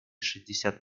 шестьдесят